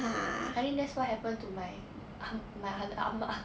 I think that's what happen to my my ah ma